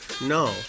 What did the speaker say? No